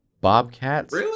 Bobcats